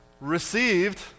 received